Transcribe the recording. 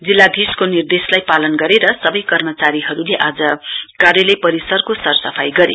जिल्लाधीशको निर्देशलाई पालन गरेर सबै कर्मचारीहरूले आज कार्यालय परिसरको सरसफाई गरे